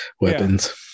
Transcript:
weapons